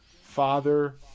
father